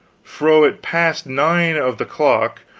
fro it passed nine of the clock,